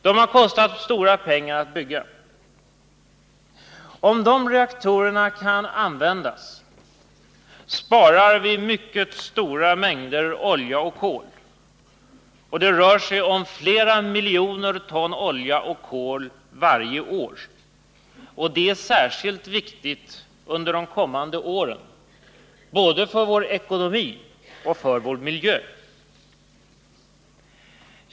De har kostat stora pengar att bygga. Om de reaktorerna kan användas, sparar vi mycket stora mängder olja och kol. Det rör sig om flera miljoner ton olja och kol varje år. Det är särskilt viktigt under de kommande åren, både för vår ekonomi och för vår miljö.